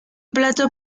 plató